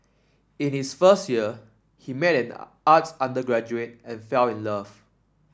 in his first year he met arts undergraduate and fell in love